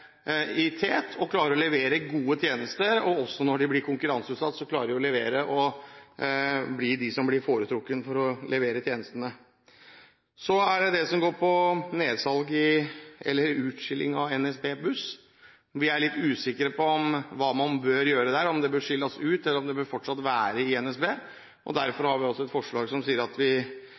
i tet og klarer å levere gode tjenester. Også når de blir konkurranseutsatt, klarer de å levere, og blir foretrukket til å levere tjenestene. Så til det som går på utskilling av NSB Buss. Vi er litt usikre på hva man bør gjøre der – om det bør skilles ut, eller om det fortsatt bør være i NSB. Derfor har vi et forslag der vi «ber regjeringen i forbindelse med et nedsalg i NSB vurdere om man bør skille ut NSB Buss i et eget selskap som